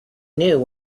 knew